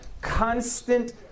Constant